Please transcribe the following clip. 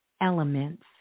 elements